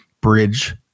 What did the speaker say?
bridge